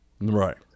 Right